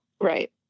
Right